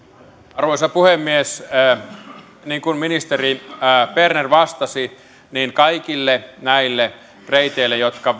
arvoisa puhemies niin kuin ministeri berner vastasi kaikille näille reiteille jotka